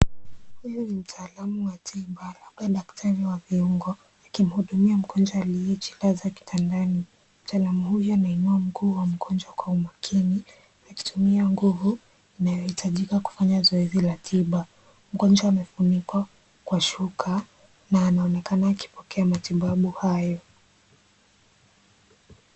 Huyu ni mtaalamu wa tiba labda daktari wa viungo akimhudumia mgonjwa aliyejilaza kitandani . Mtaalamu huyo anainua mguu wa mgonjwa kwa umakini akitumia nguvu inayohitajika kufanya zoezi la tiba . Mgonjwa amefunikwa kwa shuka na anaonekana akipokea matibabu hayo.